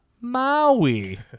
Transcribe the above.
Maui